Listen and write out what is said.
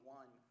one